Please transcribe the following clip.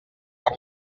per